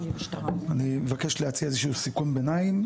אני מבקש להציע איזשהו סיכום ביניים,